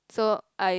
so I